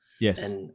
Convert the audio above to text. Yes